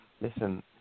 listen